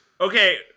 Okay